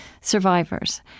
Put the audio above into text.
survivors